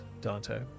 Dante